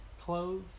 Clothes